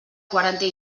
quaranta